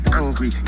angry